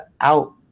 out